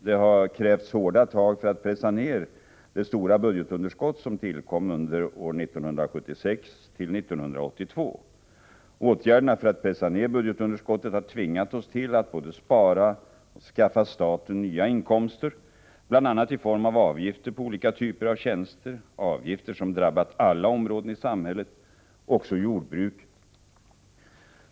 Det har krävts hårda tag för att pressa ner det stora budgetunderskott som tillkom under åren 1976-1982. Åtgärderna för att pressa ner budgetunderskottet har tvingat oss till att både spara och skaffa staten nya inkomster, bl.a. i form av avgifter på olika typer av tjänster, avgifter som drabbat alla områden i samhället, också jordbruket.